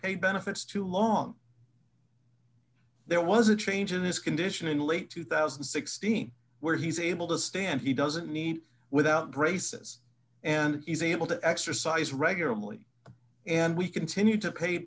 pay benefits too long there was a change in his condition in late two thousand and sixteen where he's able to stand he doesn't need without braces and he's able to exercise regularly and we continue to pay